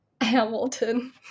Hamilton